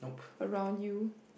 around you